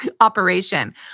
operation